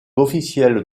officielles